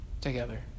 together